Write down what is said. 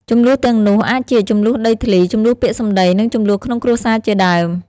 ជម្លោះទាំងនោះអាចជា ជម្លោះដីធ្លី ជម្លោះពាក្យសម្ដី និងជម្លោះក្នុងគ្រួសារជាដើម។